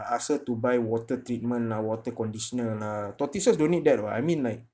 ask her to buy water treatment lah water conditioner lah tortoises don't need that [what] I mean like